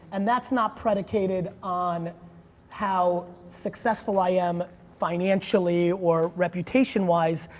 and that's not predicated on how successful i am financially, or reputation wise.